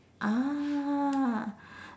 ah